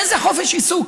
איזה חופש עיסוק?